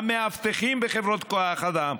המאבטחים בחברות כוח אדם,